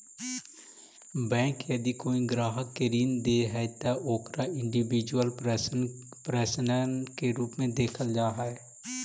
bank यदि कोई ग्राहक के ऋण दे हइ त ओकरा इंडिविजुअल पर्सन के रूप में देखल जा हइ